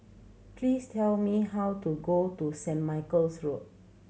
please tell me how to go to Saint Michael's Road